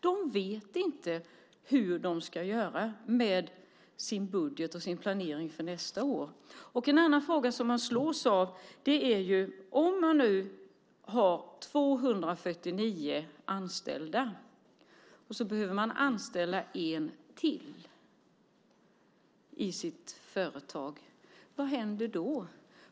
De vet inte hur de ska göra med sin budget och sin planering för nästa år. Det finns också en annan fråga som man slås av. Om man har 249 anställda och behöver anställa en till i sitt företag - vad händer då?